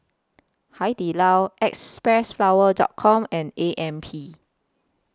Hai Di Lao Xpressflower Com and A M P